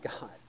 God